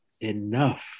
enough